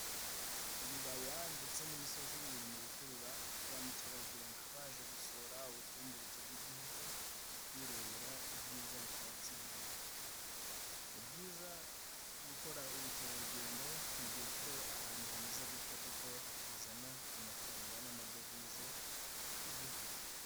Ibibaya ndetse n'imisozi biri mu bikurura ba Mukerarugendo baje gusura ubutumburuke bw'igihugu birebera ibyiza bitatse igihugu. Ni byiza gukora ubukerarugendo mu gihe ufite ahantu hameze gutyo kuko bizana amafaranga n'amadovize ku gihugu.